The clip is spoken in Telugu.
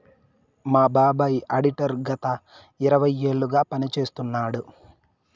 మా బాబాయ్ ఆడిటర్ గత ఇరవై ఏళ్లుగా పని చేస్తున్నాడు